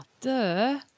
duh